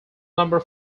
number